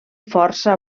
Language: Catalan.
força